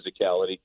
physicality